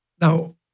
Now